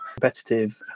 competitive